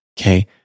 Okay